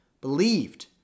believed